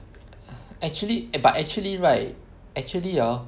actually eh but actually right actually hor